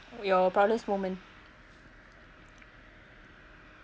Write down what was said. your proudest moment